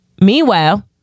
Meanwhile